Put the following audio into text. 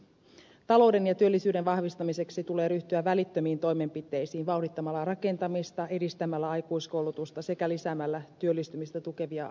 talouden ja työllisyyden vahvistamiseksi tulee ryhtyä välittömiin toimenpiteisiin vauhdittamalla rakentamista edistämällä aikuiskoulutusta sekä lisäämällä työllistymistä tukevia aktiivitoimia